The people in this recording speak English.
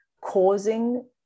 causing